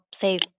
save